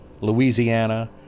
Louisiana